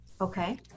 okay